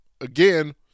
again